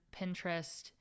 pinterest